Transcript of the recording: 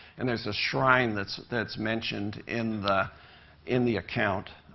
and there's a shrine that's that's mentioned in the in the account